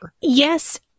yes